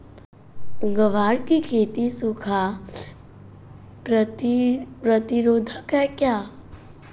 ग्वार की खेती सूखा प्रतीरोधक है क्या?